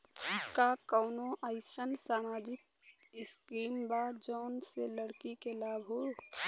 का कौनौ अईसन सामाजिक स्किम बा जौने से लड़की के लाभ हो?